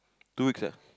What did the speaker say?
two weeks ah